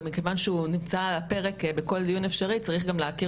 ומכיוון שהוא נמצא על הפרק בכל דיון אפשרי צריך גם להכיר